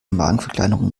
magenverkleinerung